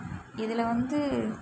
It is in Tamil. இதில் வந்து